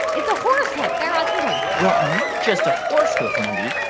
it's a horse hoof. guy raz, i'm going home well not just a horse hoof, mindy.